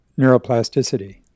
neuroplasticity